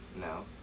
No